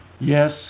yes